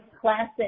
classic